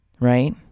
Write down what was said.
right